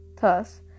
thus